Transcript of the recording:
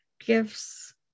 gifts